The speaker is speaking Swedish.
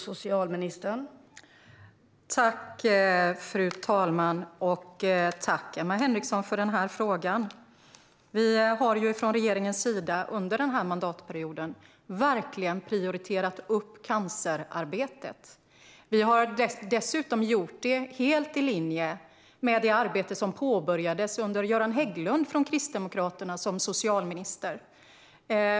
Fru talman! Tack för frågan, Emma Henriksson! Vi har från regeringens sida under den här mandatperioden verkligen prioriterat upp cancerarbetet. Vi har dessutom gjort det helt i linje med det arbete som påbörjades under den tid då Göran Hägglund från Kristdemokraterna var socialminister.